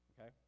Okay